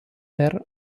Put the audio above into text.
per